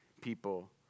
people